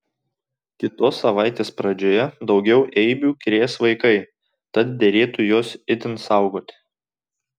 kitos savaitės pradžioje daugiau eibių krės vaikai tad derėtų juos itin saugoti